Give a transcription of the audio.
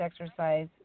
exercise